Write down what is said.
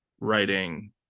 writing